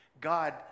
God